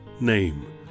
name